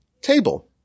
table